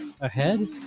ahead